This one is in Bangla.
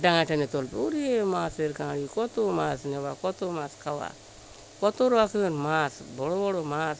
ডাঙায় টেনে তুলবে উড়ে মাছের কাাঁড়ি কত মাছ নেওয়া কত মাছ খাওয়া কত রকমের মাছ বড় বড় মাছ